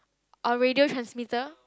a radio transmitter